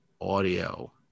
audio